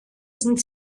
sind